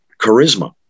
charisma